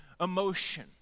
emotion